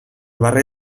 barri